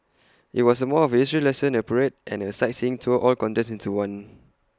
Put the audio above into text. IT was more of A history lesson A parade and A sightseeing tour all condensed into one